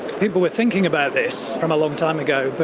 people were thinking about this from a long time ago, but